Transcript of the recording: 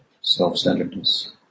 self-centeredness